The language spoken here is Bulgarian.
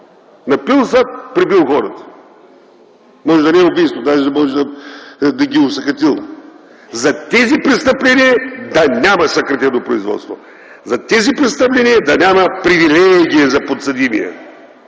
Напил се, пребил хората. Може да не е убийство даже, може да ги е осакатил. За тези престъпления да няма съкратено производство. За тези престъпления да няма привилегия за подсъдимия.